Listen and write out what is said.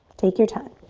take your time.